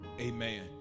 amen